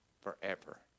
forever